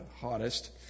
hottest